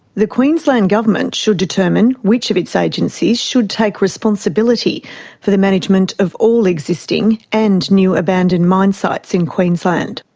the queensland government should determine which of its agencies should take responsibility for the management of all existing and new abandoned mine sites in queensland.